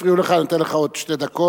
הפריעו לך, אני נותן לך עוד שתי דקות.